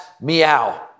meow